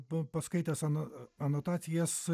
paskaitęs ano anotacijas